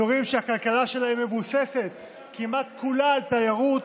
אזורים שהכלכלה שלהם מבוססת כמעט כולה על תיירות,